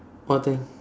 what thing